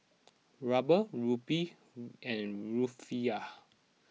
Ruble Rupee and Rufiyaa